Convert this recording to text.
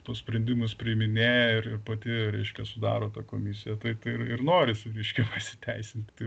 tuos sprendimus priiminėja ir pati reiškia sudaro tą komisiją tai tai ir norisi reiškia pasiteisinti